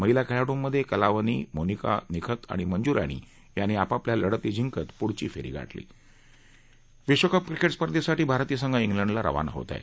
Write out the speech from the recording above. माहिला खेळाडूमधे कलावनी मोनिका निखत आणि मंजू राणी यांनी आपापल्या लढती जिंकत पुढची फेरी गाठली विश्वकप क्रिकेट स्पर्धेसाठी भारतीय संघ इंग्लंडला रवाना होत आहे